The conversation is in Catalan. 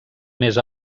més